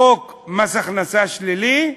חוק מס הכנסה שלילי,